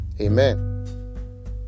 Amen